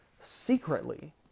secretly